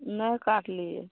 नहि काटलियै